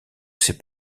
ses